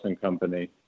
Company